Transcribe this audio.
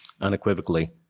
unequivocally